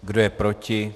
Kdo je proti?